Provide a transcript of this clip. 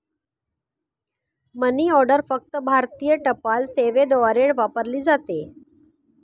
मनी order फक्त भारतीय टपाल सेवेद्वारे वापरली जाते